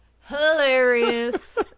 hilarious